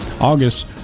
August